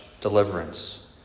deliverance